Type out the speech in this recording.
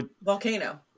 Volcano